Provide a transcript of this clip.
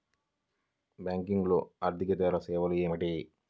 బ్యాంకింగ్లో అర్దికేతర సేవలు ఏమిటీ?